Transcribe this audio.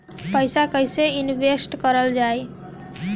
पैसा कईसे इनवेस्ट करल जाई?